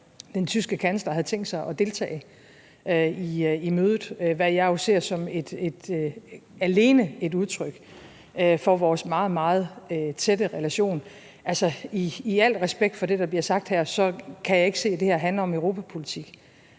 den tyske kansler havde tænkt sig at deltage, hvad jeg jo ser alene som et udtryk for vores meget, meget tætte relation. I al respekt for det, der bliver sagt her, kan jeg ikke se, at det her handler om europapolitik.